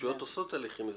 הרשויות עושות הליכים אזרחיים.